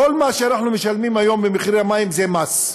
כל מה שאנחנו משלמים היום במחירי המים זה מס.